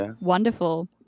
wonderful